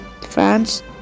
France